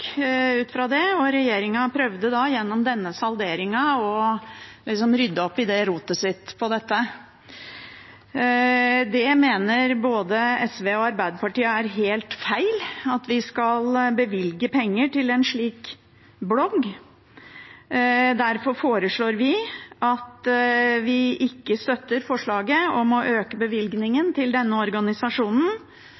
det seg at det ble bråk ut av det. Regjeringen prøvde da gjennom denne salderingen liksom å rydde opp i rotet sitt. Både SV og Arbeiderpartiet mener det er helt feil at vi skal bevilge penger til en slik blogg. Derfor foreslår vi at vi ikke støtter forslaget om å øke bevilgningen